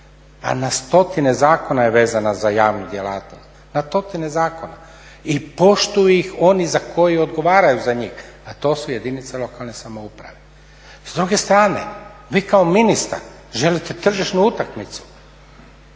Pa na stotine zakona je vezana za javnu djelatnost, na stotine zakona i poštuju ih oni koji odgovaraju za njih, a to su jedinice lokalne samouprave. S druge strane, vi kao ministar želite tržišnu utakmicu